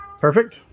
Perfect